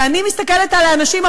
ואני מסתכלת על האנשים,